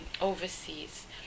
overseas